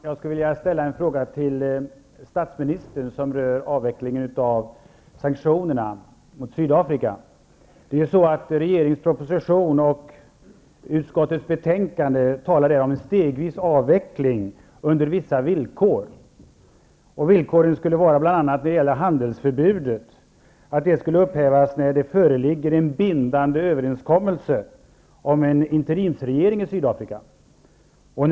Fru talman! Jag har en fråga till statsministern som rör avvecklingen av sanktionerna mot Sydafrika. I regeringens proposition och utskottets betänkande talas om en stegvis avveckling under vissa villkor. Villkoren skulle, vad gäller handelsförbudet, bl.a. vara att det skulle upphävas när det föreligger en bindande överenskommelse om en interimsregering i Sydafrika.